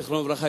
זיכרונו לברכה,